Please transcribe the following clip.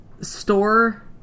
store